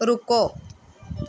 ਰੁਕੋ